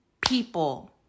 people